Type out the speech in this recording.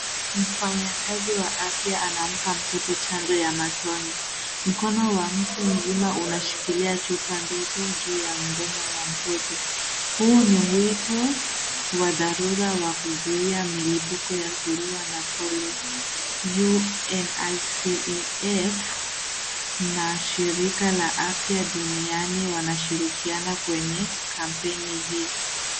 Mfanyakazi wa afya anampa mtoto chanjo ya matone. Mkono wa mtu mzima unashikilia chupa ndogo juu ya mdomo wa mtoto. Huo ni wito wa dharura wa kuzuia milipuko ya surua na polio. UNICEF na Shirika la Afya Duniani wanashirikiana kwenye kampeni hii.